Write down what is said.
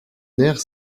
nerfs